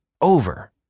over